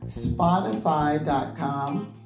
spotify.com